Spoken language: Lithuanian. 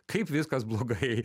kaip viskas blogai